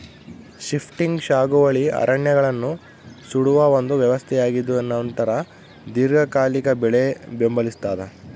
shifting ಸಾಗುವಳಿ ಅರಣ್ಯಗಳನ್ನು ಸುಡುವ ಒಂದು ವ್ಯವಸ್ಥೆಯಾಗಿದ್ದುನಂತರ ದೀರ್ಘಕಾಲಿಕ ಬೆಳೆ ಬೆಂಬಲಿಸ್ತಾದ